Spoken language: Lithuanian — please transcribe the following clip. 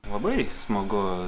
labai smagu